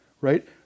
Right